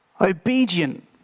Obedient